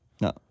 No